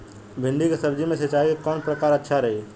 भिंडी के सब्जी मे सिचाई के कौन प्रकार अच्छा रही?